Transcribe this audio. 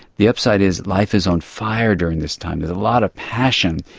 the upside is life is on fire during this time. there's a lot of passion.